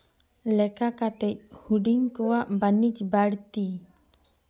ᱞᱮᱠᱟ ᱠᱟᱛᱮ ᱦᱩᱰᱤᱧ ᱠᱚᱣᱟᱜ ᱵᱟᱹᱱᱤᱡᱽ ᱵᱟᱹᱲᱛᱤ